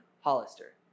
Hollister